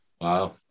Wow